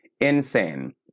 Insane